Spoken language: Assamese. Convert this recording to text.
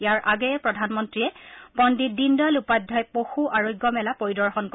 ইয়াৰ আগেয়ে প্ৰধানমন্ত্ৰীয়ে পণ্ডিত দীনদয়াল উপাধ্যায় পশু আৰোগ্য মেলা পৰিদৰ্শন কৰে